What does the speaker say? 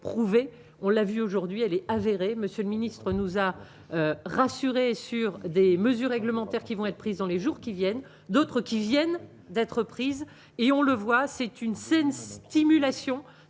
prouvé, on l'a vu, aujourd'hui elle est avérée, monsieur le ministre nous a rassurés sur des mesures réglementaires qui vont être prises dans les jours qui viennent, d'autres qui viennent d'être prises et on le voit, c'est une saine stimulation